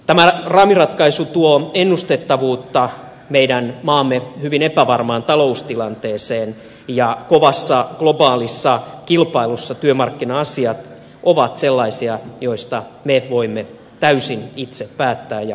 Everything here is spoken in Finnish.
tämä raamiratkaisu tuo ennustettavuutta meidän maamme hyvin epävarmaan taloustilanteeseen ja kovassa globaalissa kilpailussa työmarkkinasiat ovat sellaisia joista me voimme täysin itse päättää ja niin nyt on myös päätetty